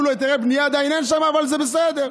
היתרי בנייה עדיין אין שם, אבל זה בסדר.